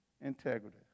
integrity